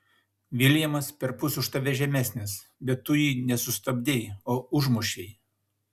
viljamas perpus už tave žemesnis bet tu jį ne sustabdei o užmušei